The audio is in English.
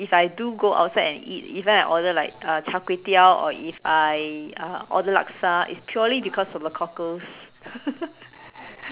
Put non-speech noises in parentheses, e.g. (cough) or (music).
if I do go outside and eat even order like uh Char-Kway-Teow or if I uh order Laksa it's purely because of the cockles (laughs)